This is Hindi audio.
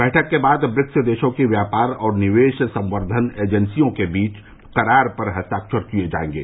बैठक के बाद ब्रिक्स देशों की व्यापार और निवेश संवर्धन एजेन्सियों के बीच करार पर हस्ताक्षर किये जायेंगे